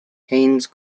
hayes